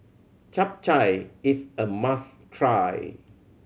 Chap Chai is a must try